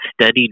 studied